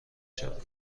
شود